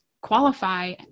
qualify